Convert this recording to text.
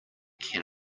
can